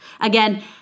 Again